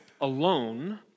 alone